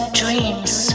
dreams